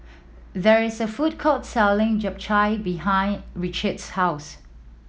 there is a food court selling Japchae behind Ritchie's house